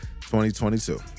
2022